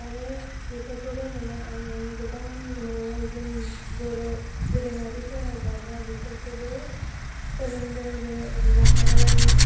आरो बेफोरखौल' नङा आङो गोबां न'आव जों बर' दोरोङारिफोरा जाग्रा बेफोरखौबो सोलोंदों जेरै अनला खारै